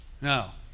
Now